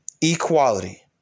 Equality